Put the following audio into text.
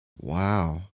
Wow